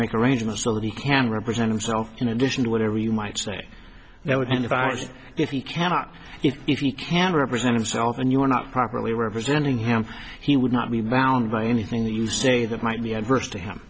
make arrangements so that he can represent himself in addition to whatever you might say that would if he cannot if he can represent himself and you were not properly representing him he would not be bound by anything that you say that might be adverse to him